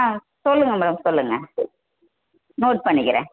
ஆ சொல்லுங்கள் மேடம் சொல்லுங்கள் நோட் பண்ணிக்கிறேன்